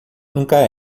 nunca